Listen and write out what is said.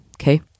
Okay